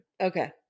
Okay